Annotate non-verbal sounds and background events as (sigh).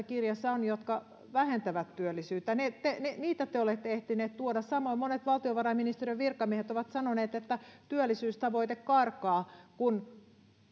(unintelligible) kirjassa on useita asioita jotka vähentävät työllisyyttä niitä niitä te olette ehtineet tuoda samoin monet valtiovarainministeriön virkamiehet ovat sanoneet että työllisyystavoite karkaa kun